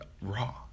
raw